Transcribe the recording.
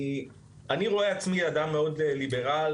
אני רואה עצמי אדם מאוד ליברל,